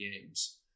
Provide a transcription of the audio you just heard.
games